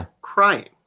crying